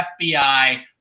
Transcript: FBI